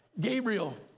Gabriel